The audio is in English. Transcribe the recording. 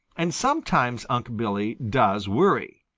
and sometimes unc' billy does worry.